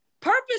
purpose